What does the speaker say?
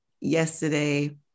Yesterday